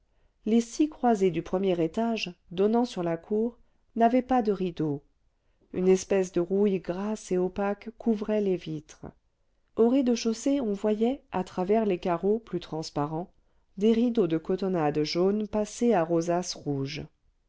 les six croisées du premier étage donnant sur la cour n'avaient pas de rideaux une espèce de rouille grasse et opaque couvrait les vitres au rez-de-chaussée on voyait à travers les carreaux plus transparents des rideaux de cotonnade jaune passée à rosaces rouges